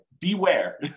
beware